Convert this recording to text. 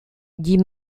dit